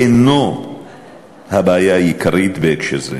אינו הבעיה העיקרית בהקשר הזה.